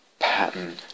pattern